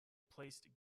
placed